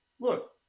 look